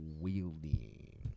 wielding